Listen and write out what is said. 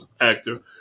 actor